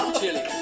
chili